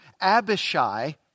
Abishai